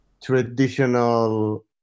traditional